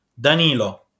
Danilo